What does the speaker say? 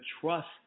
trust